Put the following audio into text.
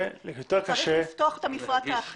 צריך לפתוח את המפרט האחיד.